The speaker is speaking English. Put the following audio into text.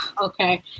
okay